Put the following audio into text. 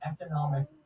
economic